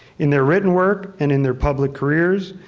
in their written work and in their public careers,